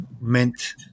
meant